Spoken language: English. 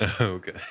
okay